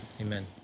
Amen